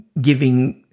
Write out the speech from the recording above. giving